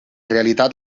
realitat